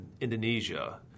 Indonesia